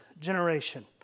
generation